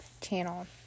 channel